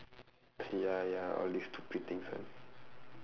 ya ya all these stupid things one